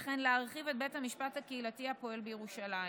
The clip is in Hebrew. וכן להרחיב את בית המשפט הקהילתי הפועל בירושלים.